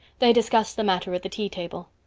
they discussed the matter at the tea table.